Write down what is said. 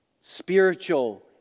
spiritual